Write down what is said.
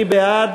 מי בעד?